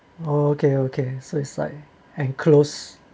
okay okay so it's like enclosed